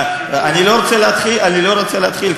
אני לא רוצה להתחיל,